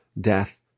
death